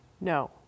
No